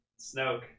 Snoke